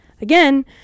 again